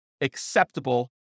acceptable